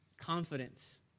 confidence